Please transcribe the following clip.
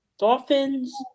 Dolphins